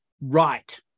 right